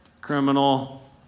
criminal